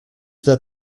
that